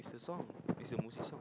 it's a song it's a music song